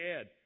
Ed